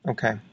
Okay